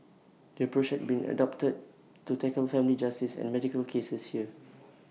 the approach has been adopted to tackle family justice and medical cases here